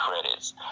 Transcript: credits